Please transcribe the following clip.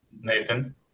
Nathan